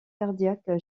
cardiaque